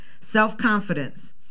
Self-confidence